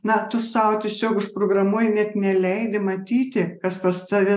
na tu sau tiesiog užprogramuoji net neleidi matyti kas pas tave